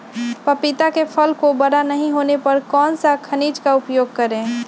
पपीता के फल को बड़ा नहीं होने पर कौन सा खनिज का उपयोग करें?